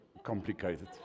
Complicated